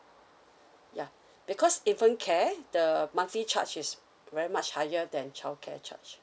ya because infant care the monthly charge is very much higher than childcare charge